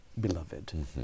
beloved